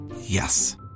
Yes